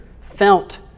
felt